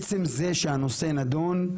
עצם זה שהנושא נדון,